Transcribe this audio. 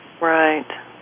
Right